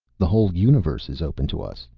the whole universe is open to us,